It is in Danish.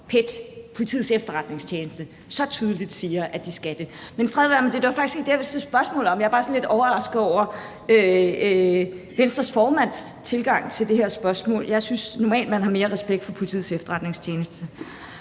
PET, Politiets Efterretningstjeneste, så tydeligt siger, at de skal det. Men fred være med det, det var faktisk ikke det, jeg ville stille spørgsmål til. Jeg var bare sådan lidt overrasket over Venstres formands tilgang til det her spørgsmål. Jeg synes, man normalt har mere respekt for Politiets Efterretningstjeneste.